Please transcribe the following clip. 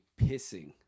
pissing